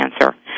cancer